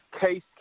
Case